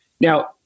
Now